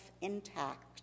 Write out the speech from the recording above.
intact